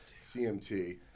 CMT